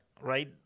Right